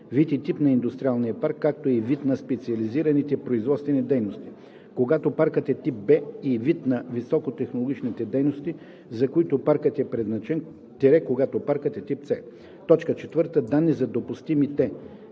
вид и тип на индустриалния парк, както и вид на специализираните производствени дейности – когато паркът е тип Б, и вид на високотехнологичните дейности, за които паркът е предназначен – когато паркът е тип С; 4. данни за допустимите